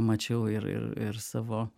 mačiau ir ir savo